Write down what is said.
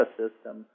system